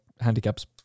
handicaps